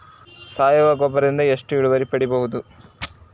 ಸಾವಯವ ಗೊಬ್ಬರದಿಂದ ಎಷ್ಟ ಇಳುವರಿ ಪಡಿಬಹುದ?